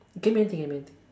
it can be anything anything